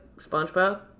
Spongebob